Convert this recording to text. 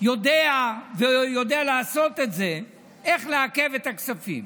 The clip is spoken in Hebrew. יודע לעשות את זה, איך לעכב את הכספים.